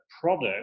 product